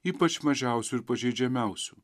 ypač mažiausių ir pažeidžiamiausių